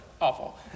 awful